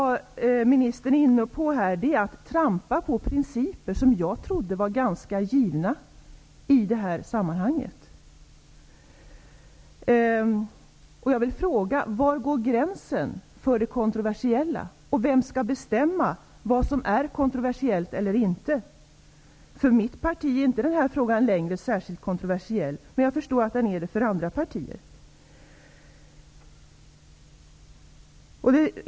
Vad ministern är inne på är att trampa på principer som jag trodde var ganska givna i detta sammanhang. Jag vill ställa en fråga. Var går gränsen för det kontroversiella, och vem skall bestämma vad som är kontroversiellt eller inte? För mitt parti är denna fråga inte längre särskilt kontroversiell. Man jag förstår att den är det för andra partier.